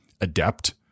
adept